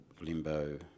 limbo